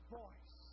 voice